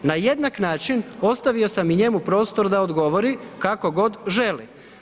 Na jednak način, ostavio sam i njemu prostor da odgovori kako god želi.